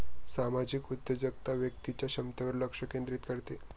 सामाजिक उद्योजकता व्यक्तीच्या क्षमतेवर लक्ष केंद्रित करते